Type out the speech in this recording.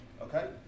Okay